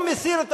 הוא מסיר,